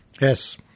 Yes